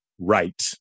right